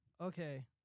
Okay